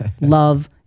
love